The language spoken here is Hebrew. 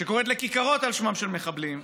שקוראת לכיכרות על שמם של מחבלים,